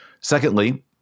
Secondly